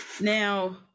Now